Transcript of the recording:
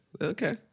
Okay